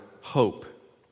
hope